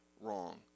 wrong